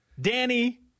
Danny